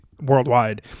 worldwide